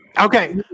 okay